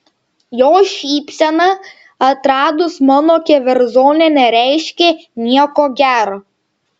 jo šypsena atradus mano keverzonę nereiškė nieko gero